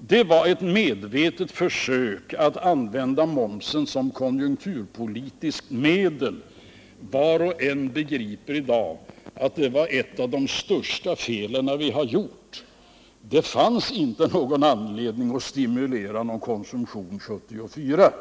Det var ett medvetet försök att använda momsen såsom konjunkturpolitiskt medel. Var och en begriper i dag att det var ett av de största fel som vi har gjort. Det fanns inte någon anledning att stimulera konsumtionen 1974.